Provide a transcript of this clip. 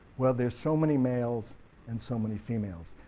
well there's so many males and so many females,